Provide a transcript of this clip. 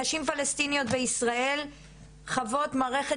נשים פלשתינאיות בישראל חוות מערכת